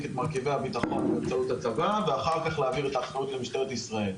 את מרכיבי הביטחון באמצעות הצבא ואחר כך להעביר את האחריות למשטרת ישראל.